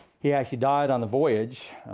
he actually died on the voyage,